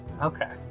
Okay